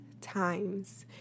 times